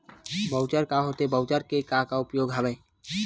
Voucher का होथे voucher के का उपयोग हवय?